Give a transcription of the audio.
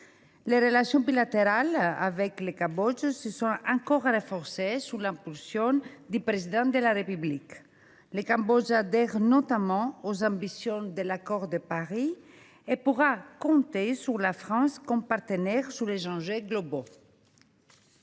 Les relations bilatérales avec le Cambodge se sont encore renforcées sous l’impulsion du Président de la République. Le Cambodge adhère aux ambitions de l’accord de Paris ; il pourra compter sur la France comme partenaire sur les enjeux globaux.